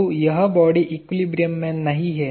तो यह body equilibrium में नहीं है